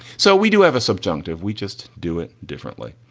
so we do have a subjunctive. we just do it differently.